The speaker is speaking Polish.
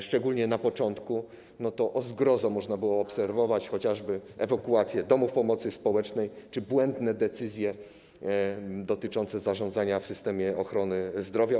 Szczególnie na początku, o zgrozo, można było obserwować chociażby ewakuację domów pomocy społecznej czy błędne decyzje dotyczące zarządzania w systemie ochrony zdrowia.